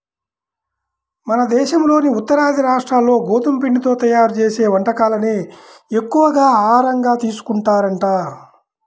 మన దేశంలోని ఉత్తరాది రాష్ట్రాల్లో గోధుమ పిండితో తయ్యారు చేసే వంటకాలనే ఎక్కువగా ఆహారంగా తీసుకుంటారంట